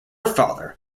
father